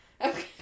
Okay